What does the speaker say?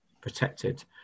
protected